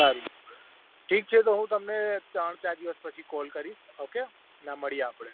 સારું ઠીક છે તો હું તમને ત્રણ ચાર દિવસ પછી કોલ કરીશ ઓકે અને મળીએ આપણે